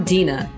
Dina